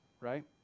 right